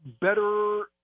better